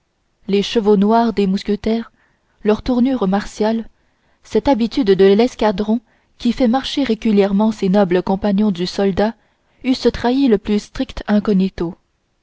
les chevaux noirs des mousquetaires leur tournure martiale cette habitude de l'escadron qui fait marcher régulièrement ces nobles compagnons du soldat eussent trahi le plus strict incognito